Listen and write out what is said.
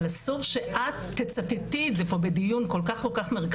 אבל אסור שאת תצטטי את זה פה בדיון כל כך מרכזי